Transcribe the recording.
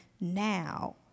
now